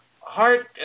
heart